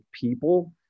people